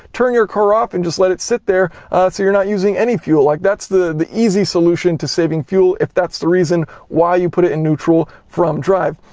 turn your car off and just let it sit there so you're not using any fuel. like, that's the the easy solution to saving fuel if that's the reason why you put it in neutral from drive.